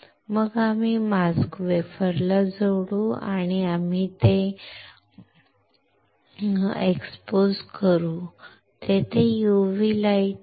मग आम्ही मास्क वेफरला जोडू आणि आम्ही ते उघड करू तेथे UV प्रकाश आहे